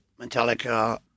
Metallica